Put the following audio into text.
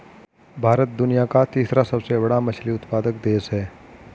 भारत दुनिया का तीसरा सबसे बड़ा मछली उत्पादक देश है